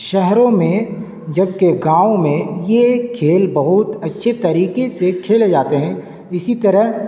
شہروں میں جب کہ گاؤں میں یہ کھیل بہت اچھے طریقے سے کھیلے جاتے ہیں اسی طرح